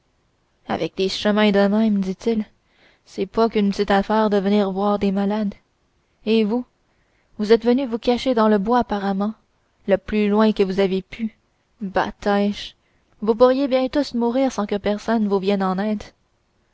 avec des chemins de même dit-il c'est pas qu'une petite affaire de venir voir des malades et vous vous êtes venus vous cacher dans le bois apparemment le plus loin que vous avez pu batêche vous pourriez bien tous mourir sans que personne vous vienne en aide